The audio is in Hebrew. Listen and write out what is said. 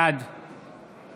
בעד